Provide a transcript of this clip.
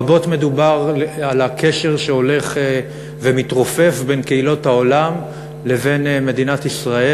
רבות מדובר על הקשר שהולך ומתרופף בין קהילות העולם לבין מדינת ישראל.